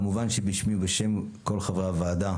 כמובן שבשמי ובשם כל חברי הוועדה,